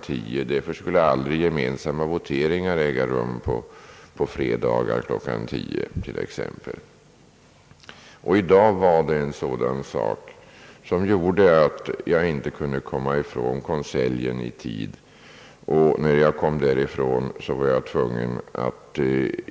10; därför skulle aldrig exempelvis gemensamma voteringar äga rum på fredagar kl. 10. I dag kunde jag inte komma ifrån konseljen i tid, och efter konseljen var jag tvungen att